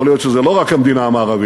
יכול להיות שזה לא רק המדינה המערבית,